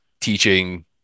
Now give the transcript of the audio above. teaching